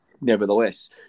Nevertheless